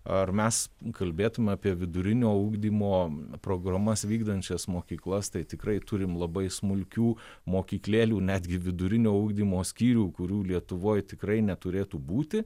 ar mes kalbėtume apie vidurinio ugdymo programas vykdančias mokyklas tai tikrai turim labai smulkių mokyklėlių netgi vidurinio ugdymo skyrių kurių lietuvoj tikrai neturėtų būti